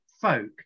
folk